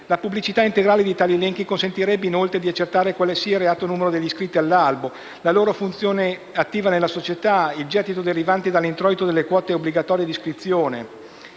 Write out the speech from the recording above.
La pubblicità integrale di tali elenchi consentirebbe di accertare il reale numero degli iscritti all'albo, la loro funzione nella società, il gettito derivante dall'introito delle quote obbligatorie di iscrizione.